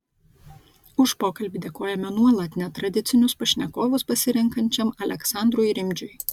už pokalbį dėkojame nuolat netradicinius pašnekovus pasirenkančiam aleksandrui rimdžiui